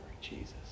Jesus